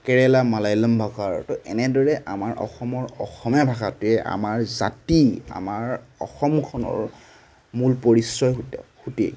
কেৰেলাৰ মালয়ালম ভাষাৰ তো এনেদৰে আমাৰ অসমৰ অসমীয়া ভাষাতেই আমাৰ জাতি আমাৰ অসমখনৰ মূল পৰিচয় সুতে সুঁতি